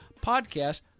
podcast